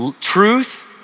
truth